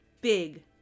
Big